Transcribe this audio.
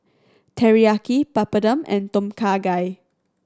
Teriyaki Papadum and Tom Kha Gai